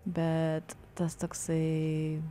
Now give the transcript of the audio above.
bet tas toksai